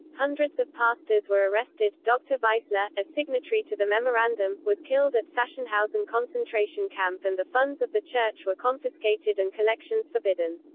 hundreds of pastors were arrested dr weissler, a signatory to the memorandum, was killed at sachsenhausen concentration camp and the funds of the church were confiscated and collections forbidden.